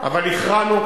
אבל הכרענו,